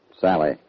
Sally